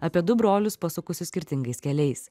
apie du brolius pasukusius skirtingais keliais